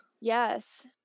yes